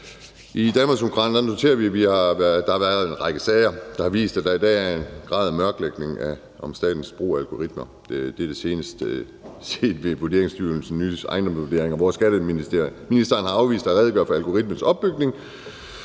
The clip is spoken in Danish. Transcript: I Danmarksdemokraterne noterer vi, at der har været en række sager, der har vist, at der i dag er en grad af mørklægning omkring statens brug af algoritmer. Senest har vi set det i forbindelse med Vurderingsstyrelsens nye ejendomsvurderinger, hvor skatteministeren har afvist at redegøre for algoritmerne opbygning,